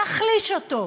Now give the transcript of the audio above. נחליש אותו,